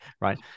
Right